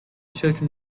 children